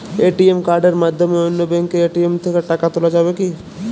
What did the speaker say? ATM কার্ডের মাধ্যমে অন্য ব্যাঙ্কের এ.টি.এম থেকে টাকা তোলা যাবে কি?